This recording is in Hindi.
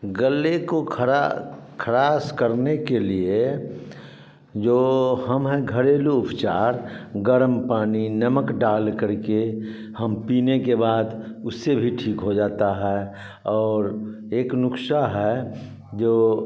गले को खरा खरास करने के लिए जो हम है घरेलू उपचार गर्म पानी नमक डालकर के हम पीने के बाद उससे भी ठीक हो जाता है और एक नुख्सा है जो